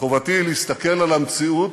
חובתי היא להסתכל על המציאות,